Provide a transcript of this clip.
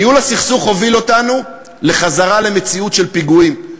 ניהול הסכסוך הוביל אותנו לחזרה למציאות של פיגועים,